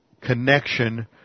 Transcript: connection